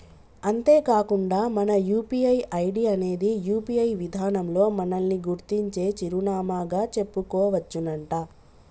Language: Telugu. అంతేకాకుండా మన యూ.పీ.ఐ ఐడి అనేది యూ.పీ.ఐ విధానంలో మనల్ని గుర్తించే చిరునామాగా చెప్పుకోవచ్చునంట